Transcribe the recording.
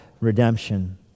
redemption